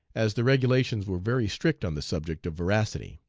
as the regulations were very strict on the subject of veracity.